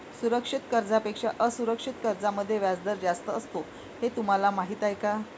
सुरक्षित कर्जांपेक्षा असुरक्षित कर्जांमध्ये व्याजदर जास्त असतो हे तुम्हाला माहीत आहे का?